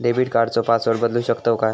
Debit कार्डचो password बदलु शकतव काय?